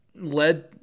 led